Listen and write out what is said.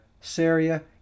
Syria